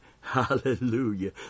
Hallelujah